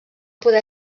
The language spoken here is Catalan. poder